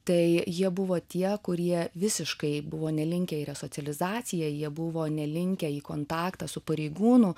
tai jie buvo tie kurie visiškai buvo nelinkę į resocializaciją jie buvo nelinkę į kontaktą su pareigūnu